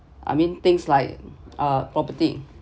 I mean things like uh property